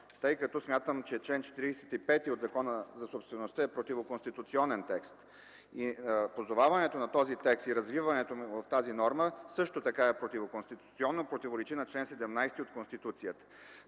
тъй като смятам, че чл. 45 от Закона за собствеността е противоконституционен текст. Позоваването на този текст и развиването на тази норма също е противоконституционна и противоречи на чл. 17 от Конституцията.